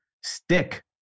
stick